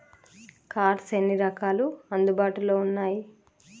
Cards ఎన్ని రకాలు అందుబాటులో ఉన్నయి?